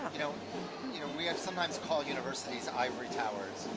know you know we sometimes call universities ivory towers,